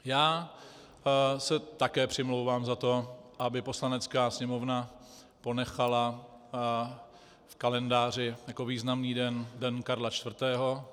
Já se také přimlouvám za to, aby Poslanecká sněmovna ponechala v kalendáři jako významný den Den Karla IV.